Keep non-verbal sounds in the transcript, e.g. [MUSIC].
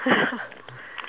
[LAUGHS]